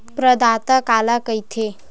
प्रदाता काला कइथे?